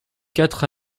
quatre